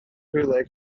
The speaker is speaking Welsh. rhywle